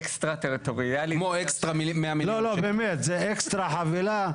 לא, באמת, זה אקסטרה חבילה?